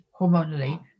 hormonally